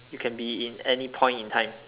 you can be in any point in time